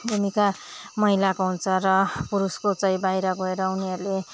भूमिका महिलाको हुन्छ र पुरुषको चाहिँ बाहिर गएर उनीहरूले